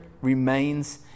remains